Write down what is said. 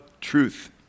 truth